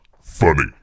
funny